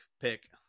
Pick